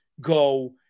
go